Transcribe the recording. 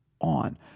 on